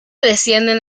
descienden